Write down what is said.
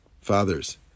fathers